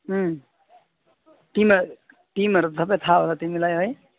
उम्म टिमहरू टिमहरू सबै थाहा होला तिमीलाई है